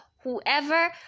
whoever